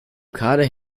kader